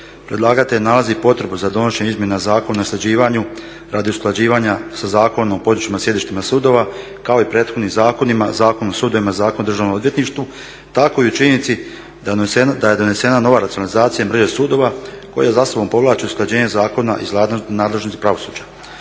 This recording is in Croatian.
Predlagatelj nalazi potrebu za donošenjem izmjena Zakona o nasljeđivanju radi usklađivanju sa Zakonom o područjima i sjedištima sudova kao i prethodnim zakonima Zakonu o sudovima, Zakon o Državnom odvjetništvu tako i o činjenici da je donesena nova racionalizacija mreže sudova koja za sobom povlači usklađenje zakona iz nadležnosti pravosuđa.